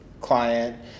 client